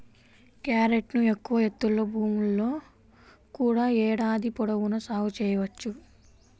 క్యారెట్ను ఎక్కువ ఎత్తులో భూముల్లో కూడా ఏడాది పొడవునా సాగు చేయవచ్చు